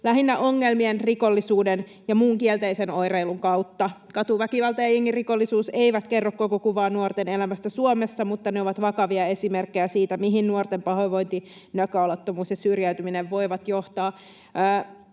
lähinnä ongelmien, rikollisuuden ja muun kielteisen oireilun kautta. Katuväkivalta ja jengirikollisuus eivät kerro koko kuvaa nuorten elämästä Suomessa, mutta ne ovat vakavia esimerkkejä siitä, mihin nuorten pahoinvointi, näköalattomuus ja syrjäytyminen voivat johtaa.